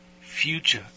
future